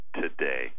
today